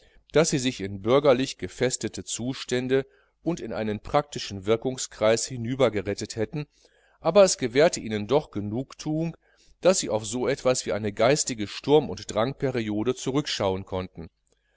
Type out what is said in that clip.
daß sie sich in bürgerlich gefestete zustände und in einen praktischen wirkungskreis hinübergerettet hätten aber es gewährte ihnen doch genugthuung daß sie auf so etwas wie eine geistige sturm und drangperiode zurückschauen konnten